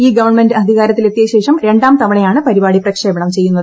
ഈ ഗവൺമെന്റ് അധികാരത്തിലെത്തിയശേഷം രണ്ടാം തവണയാണ് പരിപാടി പ്രക്ഷേപണം ചെയ്യുന്നത്